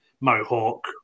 mohawk